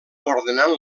ordenant